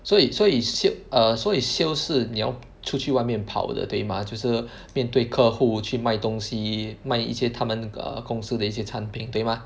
所以所以 err 所以 sales 是你要出去外面跑的对吗就是面对客户去卖东西卖一些他们那个公司的一些产品对吗